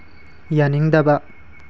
ꯌꯥꯅꯤꯡꯗꯕ